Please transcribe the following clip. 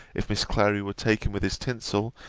if miss clary were taken with his tinsel,